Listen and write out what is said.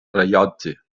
rellotge